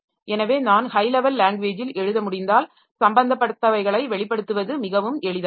எனவே நான் high level லாங்வேஜில் எழுத முடிந்தால் சம்பந்தப்பட்டவைகளை வெளிப்படுத்துவது மிகவும் எளிதானது